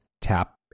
tap